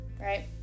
right